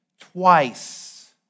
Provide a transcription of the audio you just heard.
twice